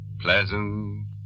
pleasant